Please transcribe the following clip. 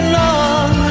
long